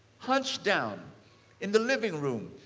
hunched down in the living room,